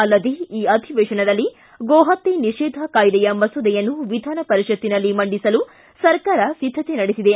ಅಲ್ಲದೇ ಈ ಅಧಿವೇಶನದಲ್ಲಿ ಗೋಹತ್ಯೆ ನಿಷೇಧ ಕಾಯ್ದೆಯ ಮಸೂದೆಯನ್ನು ವಿಧಾನಪರಿಷತ್ತಿನಲ್ಲಿ ಮಂಡಿಸಲು ಸರ್ಕಾರ ಸಿದ್ದತೆ ನಡೆಸಿದೆ